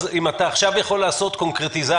אם אתה עכשיו יכול לעשות קונקרטיזציה,